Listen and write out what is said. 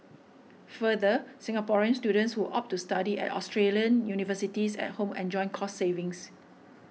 further Singaporean students who opt to study at Australian universities at home enjoy cost savings